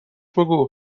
بگو